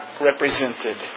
represented